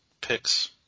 Picks